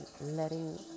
letting